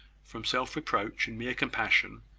from self-reproach and mere compassion,